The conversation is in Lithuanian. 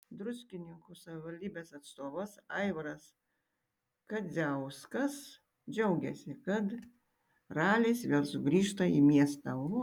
druskininkų savivaldybės atstovas aivaras kadziauskas džiaugėsi kad ralis vėl sugrįžta į miestą